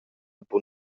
buca